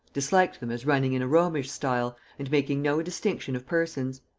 disliked them as running in a romish style, and making no distinction of persons.